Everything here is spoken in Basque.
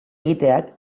egiteak